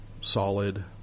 solid